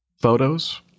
photos